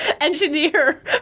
engineer